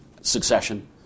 succession